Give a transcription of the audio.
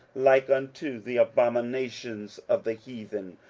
like unto the abominations of the heathen,